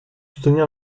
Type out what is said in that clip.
soutenir